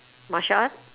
martial art